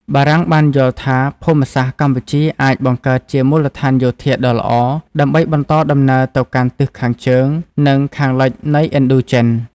បារាំងបានយល់ថា ភូមិសាស្ត្រកម្ពុជាអាចបង្កើតជាមូលដ្ឋានយោធាដ៏ល្អ ដើម្បីបន្តដំណើរទៅកាន់ទិសខាងជើង និងខាងលិចនៃឥណ្ឌូចិន។